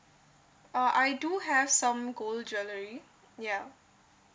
uh I do have some gold jewelry ya